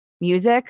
music